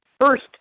First